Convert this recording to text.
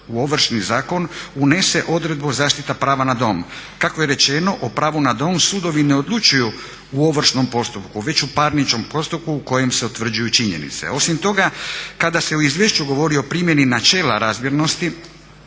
u Ovršni zakon unese odredbu zaštita prava na dom. Kako je rečeno o pravu na dom sudovi ne odlučuju u ovršnom postupku već u parničnom postupku u kojem se utvrđuju činjenice. Osim toga kada se u izvješću govori o primjeni načela razmjernosti